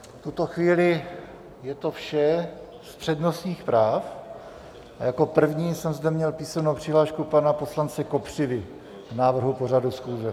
V tuto chvíli je to vše z přednostních práv a jako první jsem zde měl písemnou přihlášku pana poslance Kopřivy k návrhu pořadu schůze.